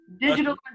Digital